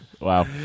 Wow